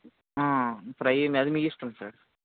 fry అది మీ ఇష్టం సార్